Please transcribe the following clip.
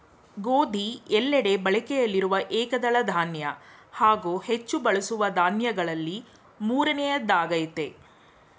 ಗೋಧಿ ಎಲ್ಲೆಡೆ ಬಳಕೆಯಲ್ಲಿರುವ ಏಕದಳ ಧಾನ್ಯ ಹಾಗೂ ಹೆಚ್ಚು ಬಳಸುವ ದಾನ್ಯಗಳಲ್ಲಿ ಮೂರನೆಯದ್ದಾಗಯ್ತೆ